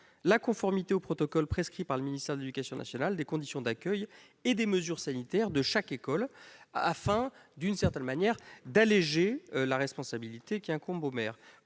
la conformité au protocole prescrit par le ministère de l'éducation nationale des conditions d'accueil et des mesures sanitaires mises en place dans chaque école. La responsabilité qui incombe au maire